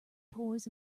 toys